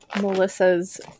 Melissa's